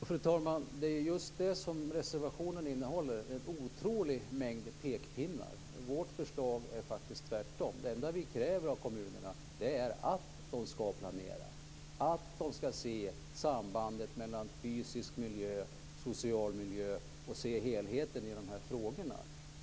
Fru talman! Det är just det som reservationen innehåller, nämligen en otrolig mängd pekpinnar. Vårt förslag är faktiskt tvärtom. Det enda vi kräver av kommunerna är att de skall planera, att de skall se sambandet mellan fysisk miljö och social miljö och se helheten i de här frågorna.